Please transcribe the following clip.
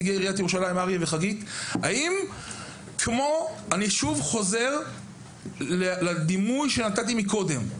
אני אחזור שוב לדימוי שנתתי קודם.